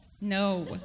No